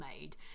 made